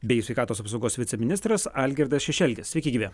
bei sveikatos apsaugos viceministras algirdas šešelgis sveiki gyvi